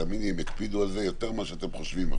תאמיני לי, הם יקפידו על זה יותר ממה שאתם חושבים.